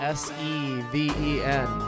s-e-v-e-n